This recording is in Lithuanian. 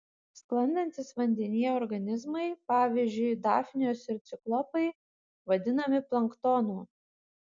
sklandantys vandenyje organizmai pavyzdžiui dafnijos ir ciklopai vadinami planktonu